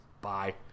Bye